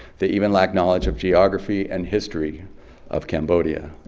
they even lack knowledge of geography and history of cambodia.